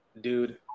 dude